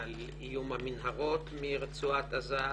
על איום המנהרות מרצועת עזה.